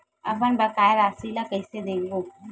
अपन बकाया राशि ला कइसे देखबो?